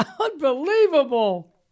Unbelievable